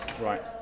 Right